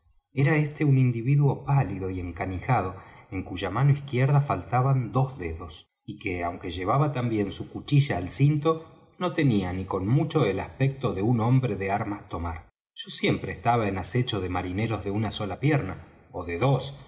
era éste un individuo pálido y encanijado en cuya mano izquierda faltaban dos dedos y que aunque llevaba también su cuchilla al cinto no tenía ni con mucho el aspecto de un hombre de armas tomar yo siempre estaba en acecho de marineros de una sola pierna ó de dos